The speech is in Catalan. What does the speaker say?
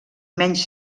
menys